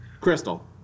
Crystal